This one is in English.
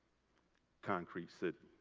concrete city.